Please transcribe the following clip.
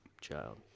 child